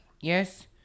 Yes